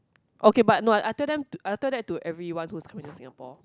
okay but no I told them I tell that to everyone who's coming to Singapore